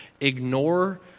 ignore